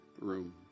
room